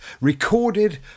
recorded